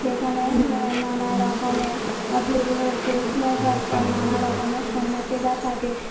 সেখানে নানা রকমের পুরোহিত মশাই নানা রকমের সন্ন্যাসীরা থাকে